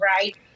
right